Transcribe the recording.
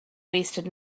wasted